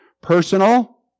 personal